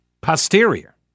posterior